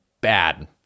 bad